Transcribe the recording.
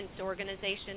organizations